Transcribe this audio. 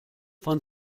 von